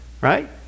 right